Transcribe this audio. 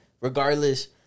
Regardless